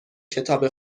کتاب